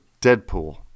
Deadpool